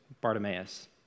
Bartimaeus